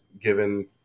given